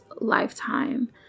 lifetime